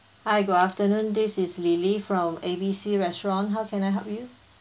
hi good afternoon this is lily from A B C restaurant how can I help you